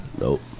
Nope